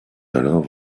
d’alors